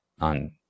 on